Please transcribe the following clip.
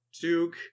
Duke